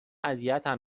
اذیتم